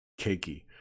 cakey